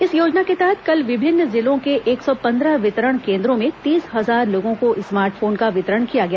इस योजना के तहत कल विभिन्न जिलों के एक सौ पंद्रह वितरण केन्द्रों में तीस हजार लोगों को स्मार्ट फोन का वितरण किया गया